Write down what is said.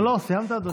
לא, לא, סיימת, אדוני.